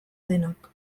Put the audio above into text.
denak